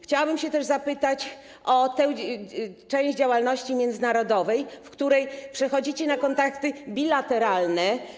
Chciałabym się też zapytać o tę część działalności międzynarodowej, w przypadku której przechodzicie na kontakty bilateralne.